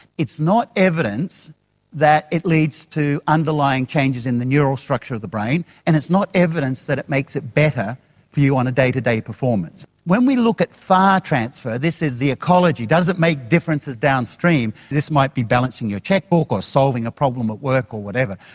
it's not evidence that it leads to underlying changes in the neural structure of the brain, and it's not evidence that it makes it better for you on day-to-day performance. when we look at far transfer, this is the ecology, does it make differences downstream, this might be balancing your cheque-book or solving a problem at work or whatever,